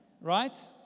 Right